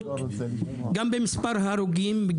גם במספר הרוגים,